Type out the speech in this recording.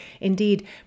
Indeed